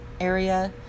area